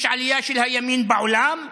יש עלייה של הימין בעולם: